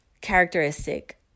characteristic